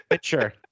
Sure